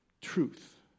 truth